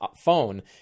phone